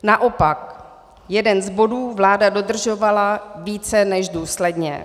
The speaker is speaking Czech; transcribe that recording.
Naopak, jeden z bodů vláda dodržovala více než důsledně.